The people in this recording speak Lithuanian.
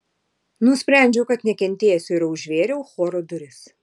nusprendžiau kad nekentėsiu ir užvėriau choro duris